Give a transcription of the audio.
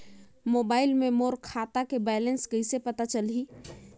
Mobile मे मोर खाता के बैलेंस कइसे पता चलही?